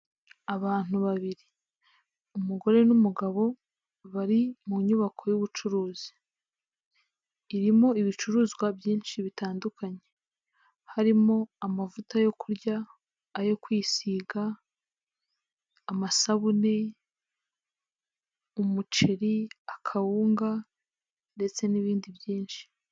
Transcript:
Abantu babiri umugore n'umugabo bari mu nyubako y'ubucuruzi, irimo ibicuruzwa byinshi bitandukanye, harimo amavuta yo kurya, ayo kwisiga, amasabune, umuceri, akawunga ndetse n'ibindi byinshi.